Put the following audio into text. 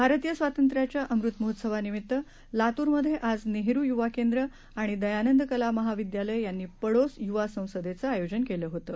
भारतीय स्वातंत्र्याच्या अमृत महोत्सवानिमित्त लातूरमध्ये आज नेहरू युवा केंद्र आणि दयानंद कला महाविद्यालय यांनी पडोस युवा संसदेचं आयोजन केलं होतं